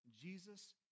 Jesus